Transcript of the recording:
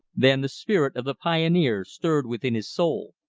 then the spirit of the pioneer stirred within his soul.